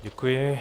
Děkuji.